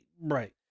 Right